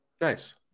nice